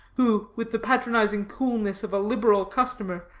who, with the patronizing coolness of a liberal customer,